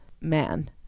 man